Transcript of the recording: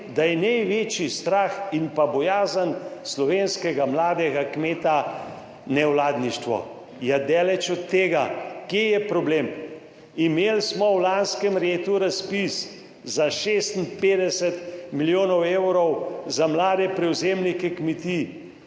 da je največji strah in pa bojazen slovenskega mladega kmeta nevladništvo. Je daleč od tega. Kje je problem? Imeli smo v lanskem letu razpis za 56 milijonov evrov za mlade prevzemnike kmetij,